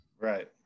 right